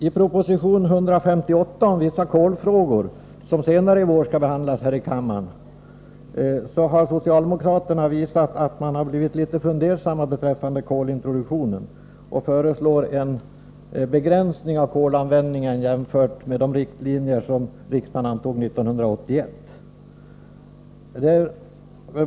I proposition 158 om vissa kolfrågor, vilken senare i vår skall behandlas här i kammaren, visar socialdemokraterna att de har blivit litet fundersamma beträffande kolintroduktionen. De föreslår en begränsning av kolanvändningen jämfört med de riktlinjer som riksdagen antog 1981.